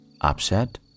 upset